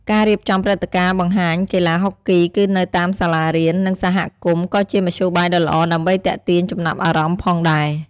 ការរៀបចំព្រឹត្តិការណ៍បង្ហាញកីឡាហុកគីនៅតាមសាលារៀន និងសហគមន៍ក៏ជាមធ្យោបាយដ៏ល្អដើម្បីទាក់ទាញចំណាប់អារម្មណ៍ផងដែរ។